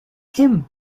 him